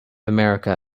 america